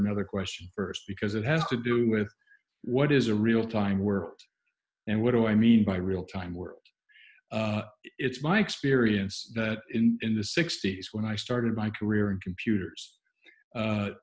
another question first because it has to do with what is a real time world and what do i mean by real time world it's my experience that in the sixty's when i started my career in computers